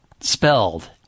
Spelled